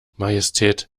majestät